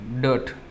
dirt